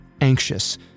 anxious